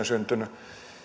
syntynyt